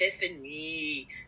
Tiffany